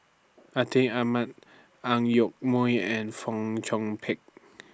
Atin Amat Ang Yoke Mooi and Fong Chong Pik